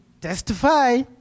Testify